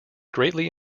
greatly